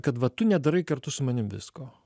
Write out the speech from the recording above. kad va tu nedarai kartu su manim visko